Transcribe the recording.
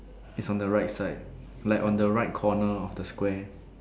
it's on the right side like on the right corner of the square